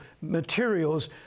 materials